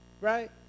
Right